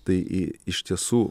tai i iš tiesų